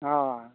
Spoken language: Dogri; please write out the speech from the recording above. हां